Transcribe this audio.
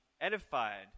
edified